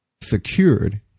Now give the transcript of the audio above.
secured